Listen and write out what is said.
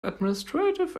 administrative